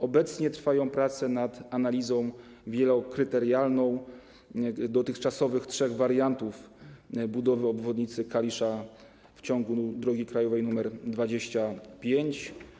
Obecnie trwają prace nad analizą wielokryterialną dotychczasowych trzech wariantów budowy obwodnicy Kalisza w ciągu drogi krajowej nr 25.